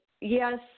yes